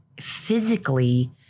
physically